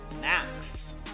Max